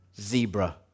Zebra